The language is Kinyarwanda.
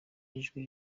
ijwi